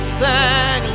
sang